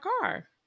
car